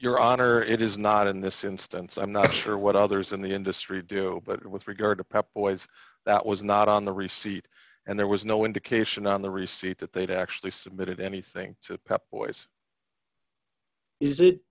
your honor it is not in this instance i'm not sure what others in the industry do but with regard to pep boys that was not on the receipt and there was no indication on the receipt that they'd actually submitted anything